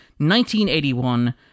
1981